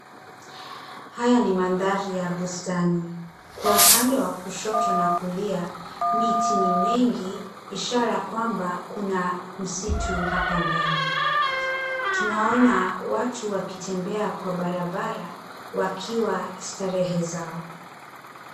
Haya ni mandhari ya bustani. Kwa upande wa kushoto na kulia, miti ni mingi, ishara ya kwamba kuna msitu hapa ndani. Tunaona watu wakitembea kwa barabara wakiwa starehe zao.